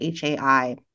HAI